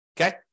okay